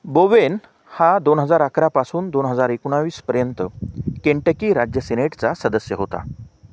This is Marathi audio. बोवेन हा दोन हजार अकरापासून दोन हजार एकोणवीसपर्यंत केंटकी राज्य सेनेटचा सदस्य होता